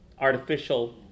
Artificial